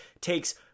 takes